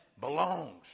belongs